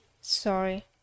Sorry